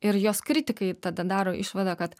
ir jos kritikai tada daro išvadą kad